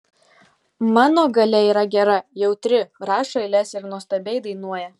mano galia yra gera jautri rašo eiles ir nuostabiai dainuoja